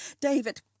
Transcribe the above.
David